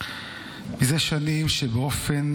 זה שנים באופן